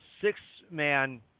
Six-Man